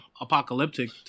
apocalyptic